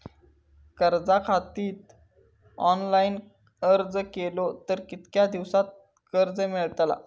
कर्जा खातीत ऑनलाईन अर्ज केलो तर कितक्या दिवसात कर्ज मेलतला?